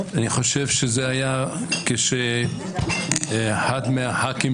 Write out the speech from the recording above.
אני חושב שזה היה כשאחד מחברי הכנסת,